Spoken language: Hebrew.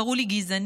קראו לי גזענית.